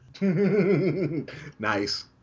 Nice